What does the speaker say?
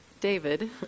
David